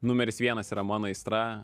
numeris vienas yra mano aistra